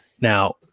Now